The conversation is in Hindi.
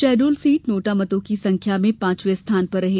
शहडोल सीट नोटा मतों की संख्या में पांचवें स्थान पर रही